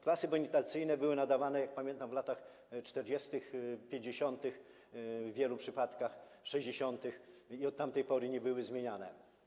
Klasy bonitacyjne były nadawane, jak pamiętam, w latach 40., 50., w wielu przypadkach w latach 60. i od tamtej pory nie były zmieniane.